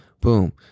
boom